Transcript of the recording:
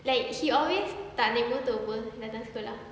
like she always tak naik motor [pe] datang sekolah